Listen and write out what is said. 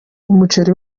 umuceri